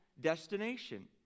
destination